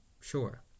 sure